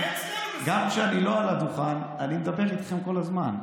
גם כשאני לא על הדוכן אני מדבר איתכם כל הזמן,